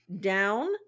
down